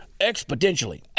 exponentially